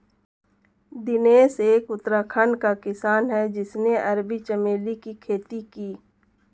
दिनेश एक उत्तराखंड का किसान है जिसने अरबी चमेली की खेती की